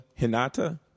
Hinata